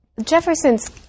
Jefferson's